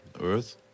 Earth